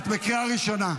את בקריאה ראשונה.